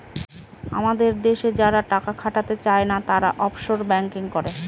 আমাদের দেশে যারা টাকা খাটাতে চাই না, তারা অফশোর ব্যাঙ্কিং করে